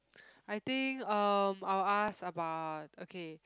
I think um I'll ask about okay